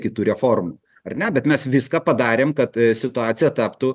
kitų reformų ar ne bet mes viską padarėm kad situacija taptų